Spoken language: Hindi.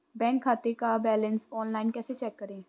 बैंक खाते का बैलेंस ऑनलाइन कैसे चेक करें?